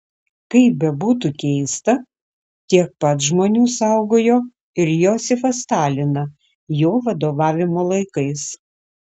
kaip bebūtų keista tiek pat žmonių saugojo ir josifą staliną jo vadovavimo laikais